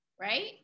right